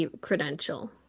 credential